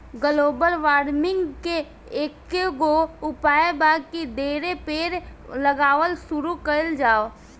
global warming के एकेगो उपाय बा की ढेरे पेड़ लगावल शुरू कइल जाव